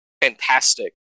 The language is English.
fantastic